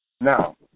Now